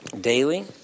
daily